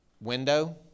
window